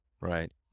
right